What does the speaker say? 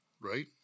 right